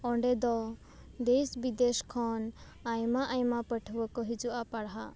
ᱚᱸᱰᱮ ᱫᱚ ᱫᱮᱥ ᱵᱤᱫᱮᱥ ᱠᱷᱚᱱ ᱟᱭᱢᱟ ᱟᱭᱢᱟ ᱯᱟᱹᱴᱷᱩᱣ ᱟᱹ ᱠᱚ ᱦᱤᱡᱩᱜ ᱟ ᱯᱟᱲᱦᱟᱜ